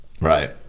Right